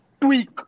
tweak